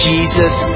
Jesus